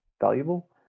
valuable